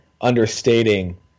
understating